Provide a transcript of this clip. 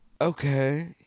Okay